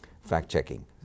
fact-checking